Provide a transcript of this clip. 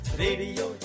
radio